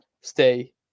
stay